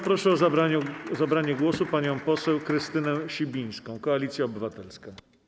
Proszę o zabranie głosu panią poseł Krystynę Sibińską, Koalicja Obywatelska.